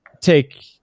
take